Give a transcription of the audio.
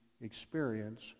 experience